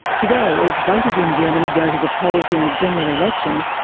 today, as voters in germany go to the polls in a general election,